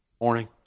morning